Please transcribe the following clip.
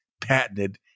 patented